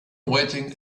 waiting